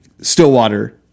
Stillwater